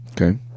Okay